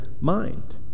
mind